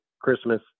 Christmas